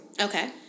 Okay